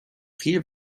viel